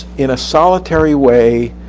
in a solitary way,